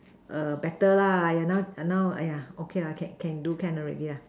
err better lah now now !aiya! okay lah can can do can already ah